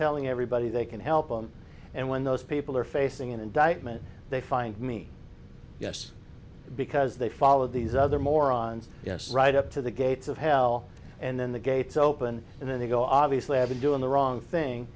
telling everybody they can help them and when those people are facing an indictment they find me yes because they followed these other morons yes right up to the gates of hell and then the gates open and then they go obviously have been doing the wrong thing